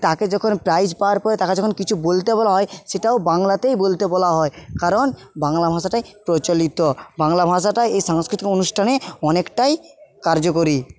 তাকে যখন প্রাইজ পাওয়ার পরে তাকে যখন কিছু বলতে বলা হয় সেটাও বাংলাতেই বলতে বলা হয় কারণ বাংলা ভাষাটাই প্রচলিত বাংলা ভাষাটাই এই সাংস্কৃতিক অনুষ্ঠানে অনেকটাই কার্যকরী